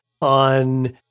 on